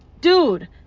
dude